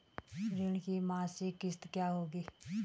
ऋण की मासिक किश्त क्या होगी?